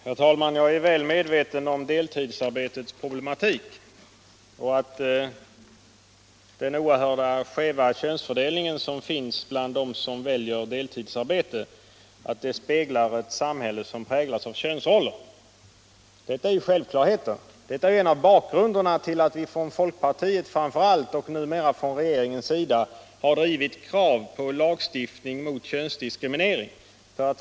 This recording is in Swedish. Herr talman! Jag är väl medveten om deltidsarbetets problematik och att den oerhört skeva könsfördelningen bland dem som väljer deltidsarbete speglar ett samhälle som präglas av könsroller. Detta är självklarheter och en av bakgrunderna till att framför allt folkpartiet, och numera även regeringen, drivit krav på lagstiftning mot könsdiskriminering.